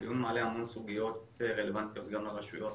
הדיון מעלה המון סוגיות רלוונטיות גם לרשויות.